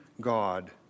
God